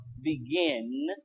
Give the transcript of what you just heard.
begin